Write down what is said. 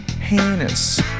heinous